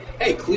hey